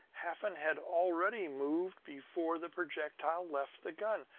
hafen had already mooved before the projectile left the gun.